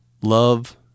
love